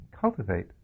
cultivate